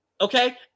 okay